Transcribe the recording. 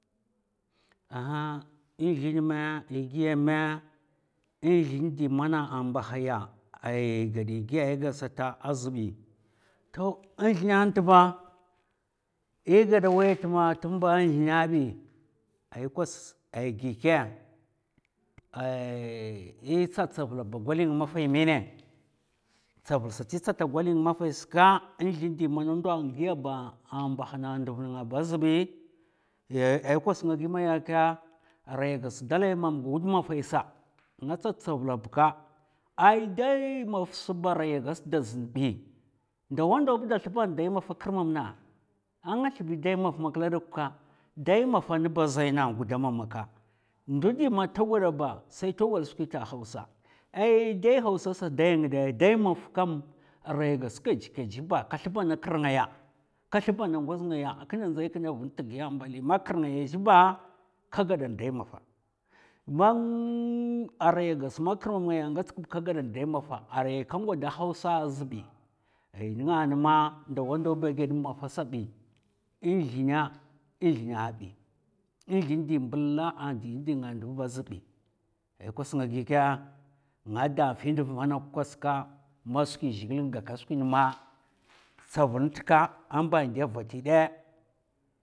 Aha, in zlèn mè a giya mè in zlèn di mana a mbahaya a gada è giya a gadsa azbi toh nzlènè na tba è gada waya tma tma nzlènè bi ai kwas a gi mèka tsa tsavul ba gwali nga mènè tsavul sat è tsata gwali nga mafai ka nzlèn di man ndo giya ba a mbahana nduv nènga ba az bi. ai kwas nga maya kè arai agas dalai man wud mafai sa nga tsa tsavula bka ai dai maf sba da ɗzin bi ndawandaw ba da slèban dai mafa kir mam na, a nga slbi maf makla dok ka, dai mafa nba a zai na ngudama maka, ndu ndi man ta gwada ba sai ta gwad skwita a hausa ay dai hausa sa dai nga dai, dai maf kam arai a gas kèjkèj ba ka slbana kir ngaya, ks slbana ngoz ngaya a kina ndzai kina vun tgi a mbali ma kir ngaya zhi ba ka gadan dai mafa mann arai gas ma kirmam ngaya ngats kba ka gadan dai mafa arai ka ngwada hausa az bai a nga nma ndawandaw ba a ghèd dai mafa a sabi nzlènè, nzlènè bi. nzlèn di mbla'a din ndi a ndav ba zbi ai kwas nga gikè? Nga dè findav manok kwas kè ma skwi zhègilè n'gaka skwin ma tsavun ntka a mba dè vati ɗè,